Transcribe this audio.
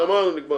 גמרנו, נגמר.